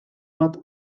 bat